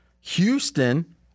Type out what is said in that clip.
Houston